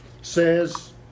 says